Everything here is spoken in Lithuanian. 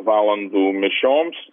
valandų mišioms